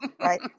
right